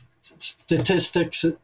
statistics